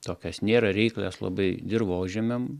tokios nėra reiklias labai dirvožemiam